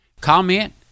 comment